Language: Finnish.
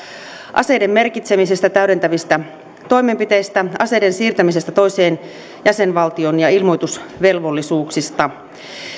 aseiden merkitsemisestä täydentävistä toimenpiteistä aseiden siirtämisestä toiseen jäsenvaltioon ja ilmoitusvelvollisuuksista